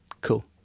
Cool